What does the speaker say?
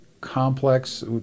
complex